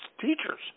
teachers